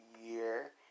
year